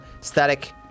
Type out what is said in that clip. static